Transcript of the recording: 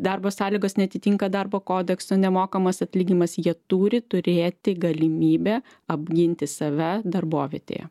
darbo sąlygos neatitinka darbo kodekso nemokamas atlyginimas jie turi turėti galimybę apginti save darbovietėje